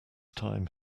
time